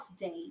date